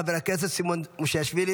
חבר הכנסת סימון מושיאשוילי,